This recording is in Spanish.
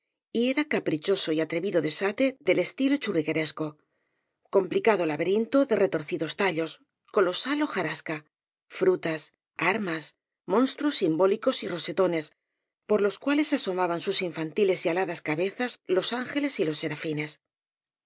era caprichoso y atrevido desate del esti lo churrigueresco complicado laberinto de retor cidos tallos colosal hojarasca frutas armas monstruos simbólicos y rosetones por los cuales aso maban sus infantiles y aladas cabezas los ángeles y los serafines